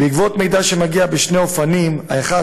בעקבות מידע שמגיע בשני אופנים: האחד,